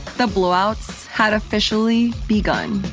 the blowouts had officially begun